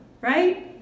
Right